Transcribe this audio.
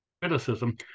criticism